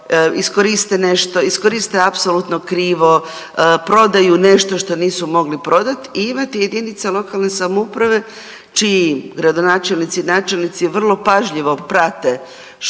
iskoriste nešto, iskoriste apsolutno krivo, prodaju nešto što nisu mogli prodat i imate jedinica lokalne samouprave čiji gradonačelnici, načelnici vrlo pažljivo prate što